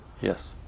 Yes